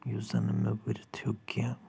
یُس زن نہٕ مےٚ بٔرِتھ ہٮ۪وٚکھ کینٛہہ